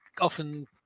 often